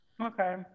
Okay